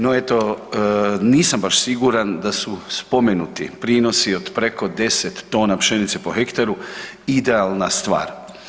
No eto nisam baš siguran da su spomenuti prinosi od preko 10 tona pšenice po hektaru idealna stvar.